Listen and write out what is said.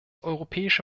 europäische